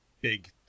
big